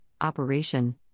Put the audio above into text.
operation